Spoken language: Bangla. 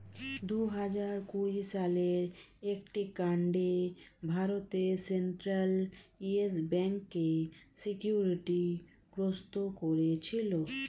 দুহাজার কুড়ি সালের একটি কাণ্ডে ভারতের সেন্ট্রাল ইয়েস ব্যাঙ্ককে সিকিউরিটি গ্রস্ত করেছিল